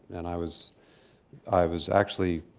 and i was i was actually,